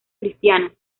cristianas